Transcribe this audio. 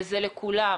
וזה לכולם,